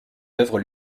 œuvres